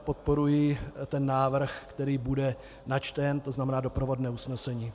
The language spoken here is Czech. Podporuji návrh, který bude načten, to znamená doprovodné usnesení.